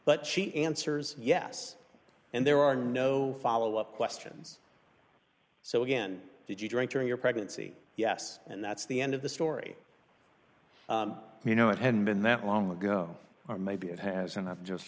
but she answers yes and there are no follow up questions so again did you drink during your pregnancy yes and that's the end of the story you know it hadn't been that long ago or maybe it has and i've just